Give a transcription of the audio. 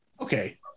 Okay